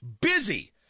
Busy